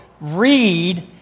read